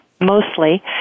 mostly